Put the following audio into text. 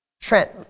Trent